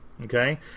Okay